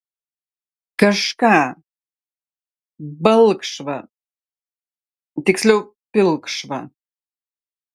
kažką balkšvą tiksliau pilkšvą